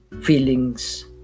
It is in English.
feelings